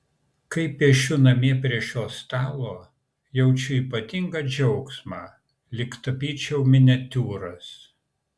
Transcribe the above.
kai piešiu namie prie šio stalo jaučiu ypatingą džiaugsmą lyg tapyčiau miniatiūras